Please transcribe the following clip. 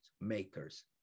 makers